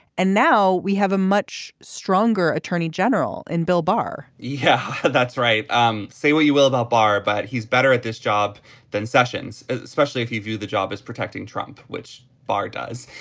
and now we have a much stronger attorney general and bill barr yeah that's right. um say what you will about barr but he's better at this job than sessions especially if you view the job as protecting trump which barr does